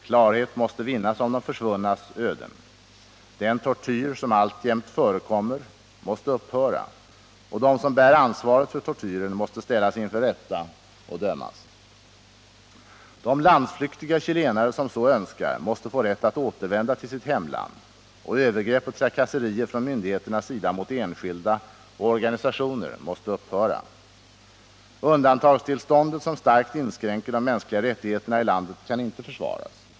Klarhet måste vinnas om de försvunnas öden. Den tortyr som alltjämt förekommer måste upphöra, och de som bär ansvaret för tortyren måste ställas inför rätta och dömas. De landsflyktiga chilenare som så önskar måste få rätt att återvända till sitt hemland, och övergrepp och trakasserier från myndigheternas sida mot enskilda och organisationer måste upphöra. Undantagstillståndet, som starkt inskränker de mänskliga rättigheterna i landet, kan inte försvaras.